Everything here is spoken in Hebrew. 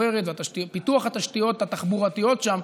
ופיתוח התשתיות התחבורתיות שם,